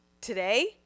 Today